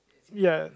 yes